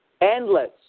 endless